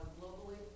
globally